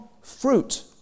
fruit